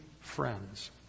friends